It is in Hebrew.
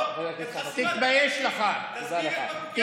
אני